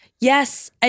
Yes